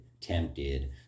tempted